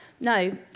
No